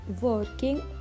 working